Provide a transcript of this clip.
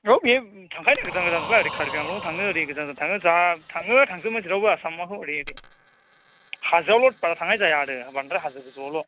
औ बेयो थांखायो गोजान गोजान ओरै कार्बिआंलं थाङो ओरै गोजान गोजान थाङो जा थाङो थांजोबो जेरावबो आसामखौ ओरै ओरै हाजोआवल' बारा थांनाय जाया आरो बांद्राय हाजो गोजौआवल'